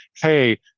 hey